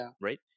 right